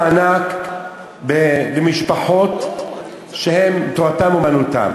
מענק למשפחות שתורתן אומנותן.